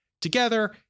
together